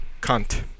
cunt